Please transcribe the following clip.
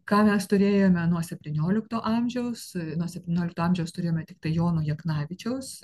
ką mes turėjome nuo septyniolikto amžiaus nuo septyniolikto amžiaus turėjome tiktai jono jaknavičiaus